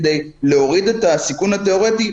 כדי להוריד את הסיכון התאורטי?